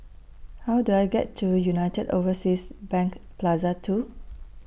How Do I get to United Overseas Bank Plaza two